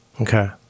Okay